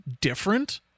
different